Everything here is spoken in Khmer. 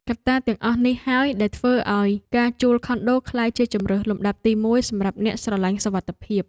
កត្តាទាំងអស់នេះហើយដែលធ្វើឱ្យការជួលខុនដូក្លាយជាជម្រើសលំដាប់ទីមួយសម្រាប់អ្នកស្រឡាញ់សុវត្ថិភាព។